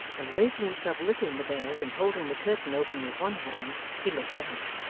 and raising himself a little in the bed, and holding the curtain open with one hand, he looked out.